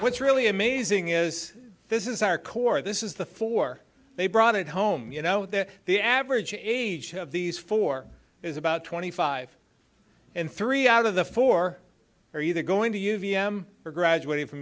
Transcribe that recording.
what's really amazing is this is our core this is the four they brought it home you know that the average age of these four is about twenty five and three out of the four are either going to use v m or graduating from